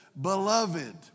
Beloved